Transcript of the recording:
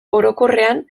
orokorrean